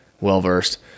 well-versed